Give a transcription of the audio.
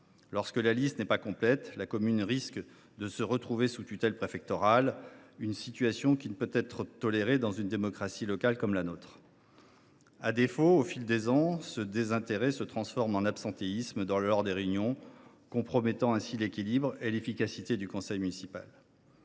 Lorsque la liste n’est pas complète, la commune risque de se retrouver sous tutelle préfectorale, une situation qui ne peut être tolérée dans une démocratie locale comme la nôtre. Au fil des ans, ce désintérêt se transforme en absentéisme lors des réunions, compromettant ainsi l’équilibre et l’efficacité du conseil municipal.